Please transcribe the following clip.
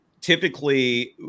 Typically